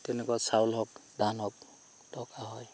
তেনেকুৱা চাউল হওক ধান হওক দৰকাৰ হয়